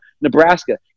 Nebraska